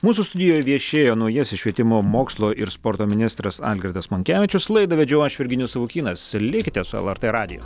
mūsų studijoj viešėjo naujasis švietimo mokslo ir sporto ministras algirdas monkevičius laidą vedžiau aš virginijus savukynas likite su lrt radiju